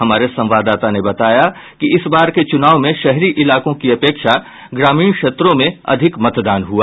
हमारे संवाददाता ने बताया कि इस बार के चूनाव में शहरी इलाकों की अपेक्षा ग्रामीण क्षेत्रों में अधिक मतदान हुआ